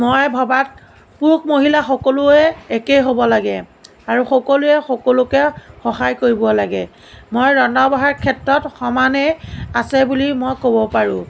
মই ভবাত পুৰুষ মহিলা সকলোৱে একেই হ'ব লাগে আৰু সকলোৱে সকলোকে সহায় কৰিব লাগে মই ৰন্ধা বঢ়াৰ ক্ষেত্ৰত সমানেই আছে বুলি মই ক'ব পাৰোঁ